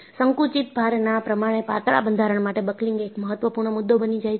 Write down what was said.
સંકુચિત ભારના પ્રમાણે પાતળા બંધારણ માટે બકલિંગ એક મહત્વપૂર્ણ મુદ્દો બની જાય છે